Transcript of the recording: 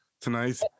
tonight